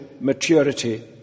maturity